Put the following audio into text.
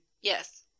Yes